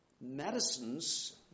medicines